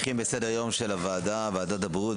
אנחנו ממשיכים בסדר היום של ועדת הבריאות,